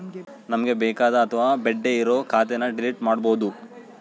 ನಮ್ಗೆ ಬೇಕಾದ ಅಥವಾ ಬೇಡ್ಡೆ ಇರೋ ಖಾತೆನ ಡಿಲೀಟ್ ಮಾಡ್ಬೋದು